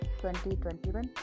2021